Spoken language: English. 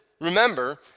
Remember